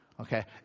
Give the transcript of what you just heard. Okay